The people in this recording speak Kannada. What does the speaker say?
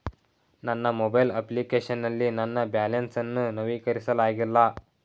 ನನ್ನ ಮೊಬೈಲ್ ಅಪ್ಲಿಕೇಶನ್ ನಲ್ಲಿ ನನ್ನ ಬ್ಯಾಲೆನ್ಸ್ ಅನ್ನು ನವೀಕರಿಸಲಾಗಿಲ್ಲ